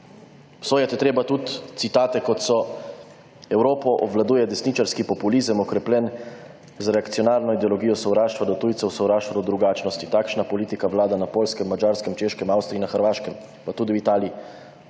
Obsojati je treba tudi citate, kot so: »Evropo obvladuje desničarski populizem, okrepljen z reakcionarno ideologijo sovraštva do tujcev, sovraštva do drugačnosti. Takšna politika vlada na Poljskem, Madžarskem, Češkem, v Avstriji in na Hrvaškem, pa tudi v Italiji.